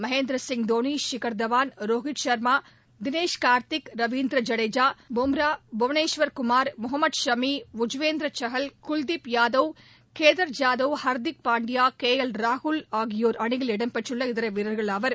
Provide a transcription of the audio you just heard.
Mahendra Singh Dhoni Shikhar Dhawan Rohit Sharma Dinesh Karthik Ravindra Jadeja Jasprit Bumrah Bhuvnesh Kumar Mohammed Shami Yuzvendra Chahal Kuldeep Yadav Kedar Jadhav Hardik Pandya K L ராகுல் ஆகியோர் அணியில் இடம்பெற்றுள்ள இதர வீரர்களாவர்